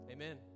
Amen